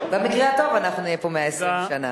במקרה הטוב אנחנו נהיה פה 120 שנה.